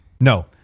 No